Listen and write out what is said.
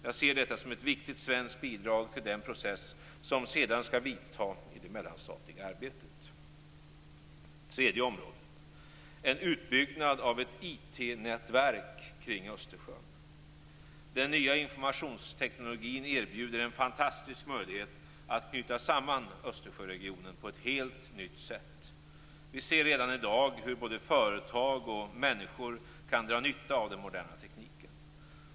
Jag ser detta som ett viktigt svenskt bidrag till den process som sedan skall vidta i det mellanstatliga arbetet. Det tredje området gäller en utbyggnad av ett IT nätverk kring Östersjön. Den nya informationstekniken erbjuder en fantastisk möjlighet att knyta samman Östersjöregionen på ett helt nytt sätt. Vi ser redan i dag hur både företag och människor kan dra nytta av den moderna tekniken.